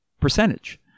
percentage